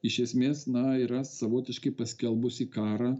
iš esmės na yra savotiškai paskelbusi karą